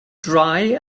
dry